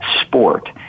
sport